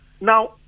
Now